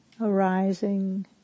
arising